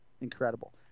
incredible